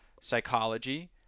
psychology